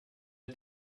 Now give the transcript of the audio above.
hat